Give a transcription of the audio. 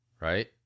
right